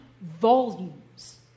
volumes